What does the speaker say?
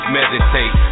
meditate